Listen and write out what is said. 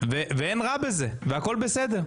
ואין רע בזה, הכל בסדר.